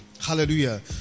hallelujah